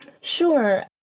Sure